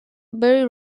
very